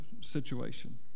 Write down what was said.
situation